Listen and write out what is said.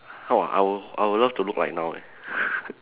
how ah I will I will love to look like now leh